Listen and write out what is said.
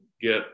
get